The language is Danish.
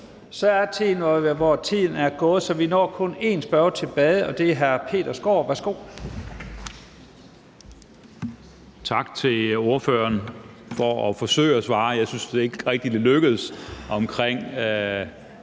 Så er tiden ved at være gået, så vi når kun én spørger mere, og det er hr. Peter Skaarup. Værsgo.